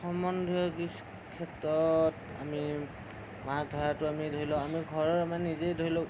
সম্বন্ধীয় কিছু ক্ষেত্ৰত আমি মাছ ধৰাতো আমি ধৰিলওক আমি ঘৰৰ নিজেও ধৰিলওক